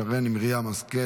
חברת הכנסת שרן מרים השכל,